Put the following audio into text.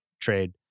trade